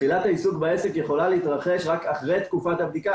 תחילת העיסוק בעסק יכולה להתרחש רק אחרי תקופת הבדיקה,